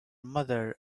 mother